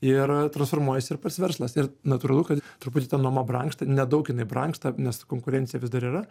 ir transformuojasi ir pats verslas ir natūralu kad truputį tą nuoma brangsta nedaug jinai brangsta nes konkurencija vis dar yra